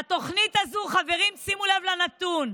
והתוכנית הזו, חברים, שימו לב לנתון,